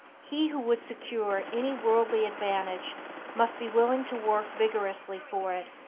he who would secure any worldly advantage must be willing to work vigorously for it,